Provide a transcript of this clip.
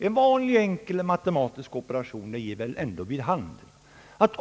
En vanlig enkel matematisk operation ger ändå ett klart resultat.